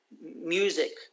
music